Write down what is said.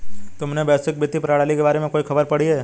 तुमने वैश्विक वित्तीय प्रणाली के बारे में कोई खबर पढ़ी है?